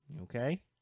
Okay